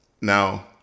Now